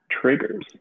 triggers